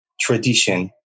tradition